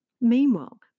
Meanwhile